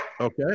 Okay